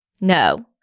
No